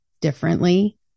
differently